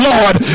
Lord